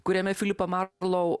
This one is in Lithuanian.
kuriame filipą marlau